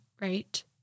right